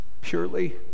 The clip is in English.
purely